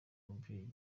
mubyeyi